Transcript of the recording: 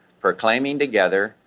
proclaiming together,